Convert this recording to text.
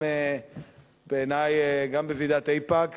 בעיני גם בוועידת איפא"ק,